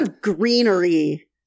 greenery